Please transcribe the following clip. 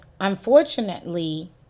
unfortunately